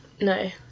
No